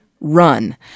run